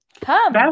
come